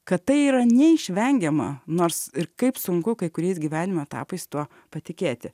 kad tai yra neišvengiama nors ir kaip sunku kai kuriais gyvenimo etapais tuo patikėti